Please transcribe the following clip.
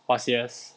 !wah! serious